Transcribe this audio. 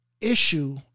issue